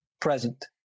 present